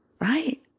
Right